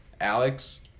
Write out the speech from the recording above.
Alex